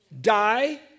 Die